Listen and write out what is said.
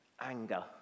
anger